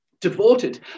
Devoted